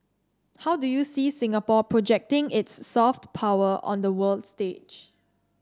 how do you see Singapore projecting its soft power on the world stage